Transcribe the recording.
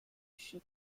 she